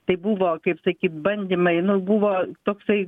tai buvo kaip sakyt bandymai nu buvo toksai